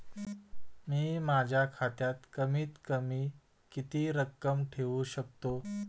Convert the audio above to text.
मी माझ्या खात्यात कमीत कमी किती रक्कम ठेऊ शकतो?